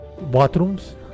bathrooms